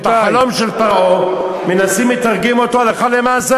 את החלום של פרעה מנסים לתרגם הלכה למעשה,